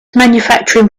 manufacturing